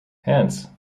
hence